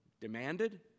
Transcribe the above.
demanded